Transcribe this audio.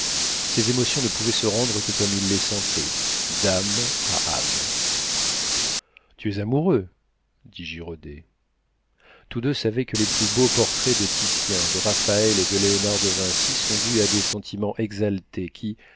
ses émotions ne pouvaient se rendre que comme il les sentait d'âme à âme tu es amoureux dit girodet tous deux savaient que les plus beaux portraits de titien de raphaël et de léonard de vinci sont dus à des sentiments exaltés qui